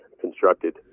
constructed